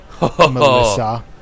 Melissa